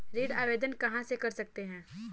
ऋण आवेदन कहां से कर सकते हैं?